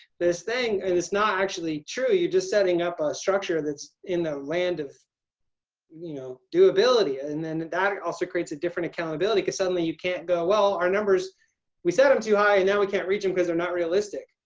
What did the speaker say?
this thing. and it's not actually true you're just setting up a structure that's in the land of you know do-ability. and then and then also creates a different accountability cuz suddenly you can't go well our numbers we set up too high and now we can't reach them cuz they're not realistic.